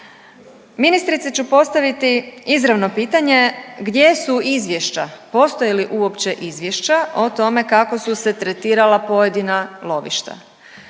Ministrici ću postaviti izravno pitanje gdje su izvješća, postoje li uopće izvješća o tome kako su se tretirala pojedina lovišta?